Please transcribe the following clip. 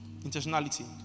Intentionality